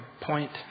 point